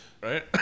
right